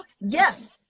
Yes